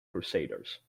crusaders